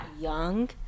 young